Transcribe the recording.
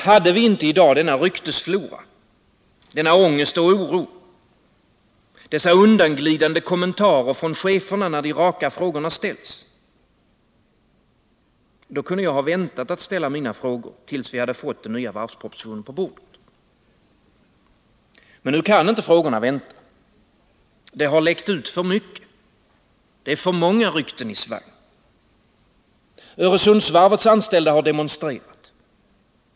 Hade vi inte i dag denna ryktesflora, denna ångest och oro, dessa undanglidande kommentarer från cheferna när de raka frågorna ställs — då kunde jag ha väntat att ställa mina frågor tills vi hade fått den nya varvspropositionen på riksdagens bord. Men nu kan inte frågorna vänta. Det har läckt ut för mycket. Det är för många rykten i svang. Öresundsvarvets anställda har demonstrerat.